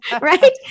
Right